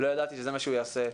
לא ידעתי שזה מה שהוא יעשה.